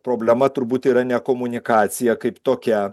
problema turbūt yra ne komunikacija kaip tokia